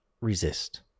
resist